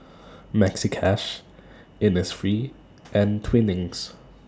Maxi Cash Innisfree and Twinings